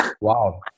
Wow